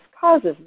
causes